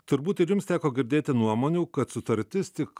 turbūt ir jums teko girdėti nuomonių kad sutartis tik